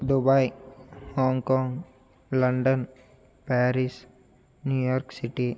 Dubai Hong Kong London Paris New York city